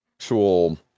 actual